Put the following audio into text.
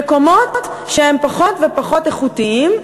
במקומות שהם פחות ופחות איכותיים,